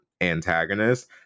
antagonist